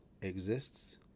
exists